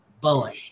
Boy